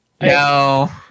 no